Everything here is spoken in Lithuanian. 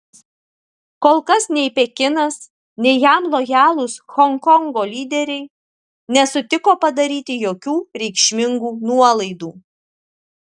kol kas nei pekinas nei jam lojalūs honkongo lyderiai nesutiko padaryti jokių reikšmingų nuolaidų